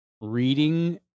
reading